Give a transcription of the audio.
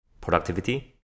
productivity